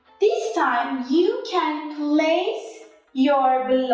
this time you can place your